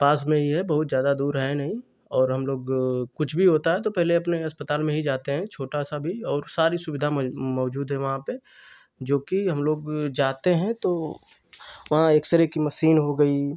पास में ही है बहुत ज़्यादा दूर है नहीं और हमलोग कुछ भी होता है तो पहले अपने अस्पताल में ही जाते हैं छोटा सा भी और सारी सुविधा मौजूद है वहाँ पर जोकि हम लोग जाते हैं तो वहाँ एक्सरे की मशीन हो गई